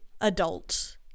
adult